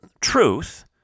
truth